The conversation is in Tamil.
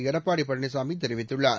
எடப்பாடி பழனிசாமி தெரிவித்துள்ளார்